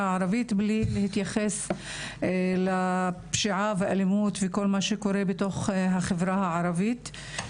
הערבית בלי להתייחס לפשיעה ואלימות וכל מה שקורה בתוך החברה הערבית.